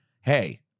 hey